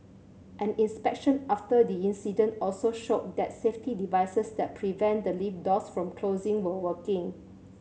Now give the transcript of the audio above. an inspection after the incident also showed that safety devices that prevent the lift doors from closing were working